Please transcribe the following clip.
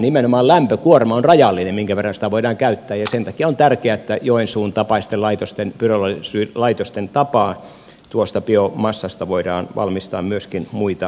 nimenomaan lämpökuorma on rajallinen minkä verran sitä voidaan käyttää ja sen takia on tärkeää että joensuun tapaisten laitosten pyrolyysilaitosten tapaan tuosta biomassasta voidaan valmistaa myöskin muita raaka aineita